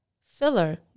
filler